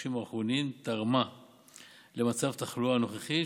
בחודשים האחרונים תרמה למצב התחלואה הנוכחי,